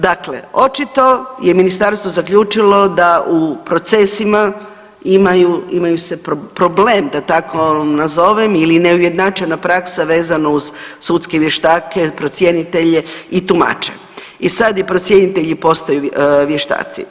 Dakle očito je Ministarstvo zaključilo da u procesima imaju se problem, da tako nazovem, ili neujednačena praksa vezano uz sudske vještake, procjenitelje i tumače i sad i procjenitelji postaju vještaci.